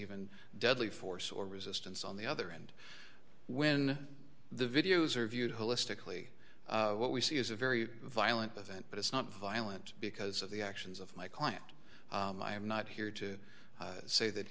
even deadly force or resistance on the other end when the videos are viewed holistically what we see is a very violent event but it's not violent because of the actions of my client i am not here to say that